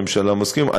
הממשלה מסכימה.